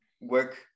work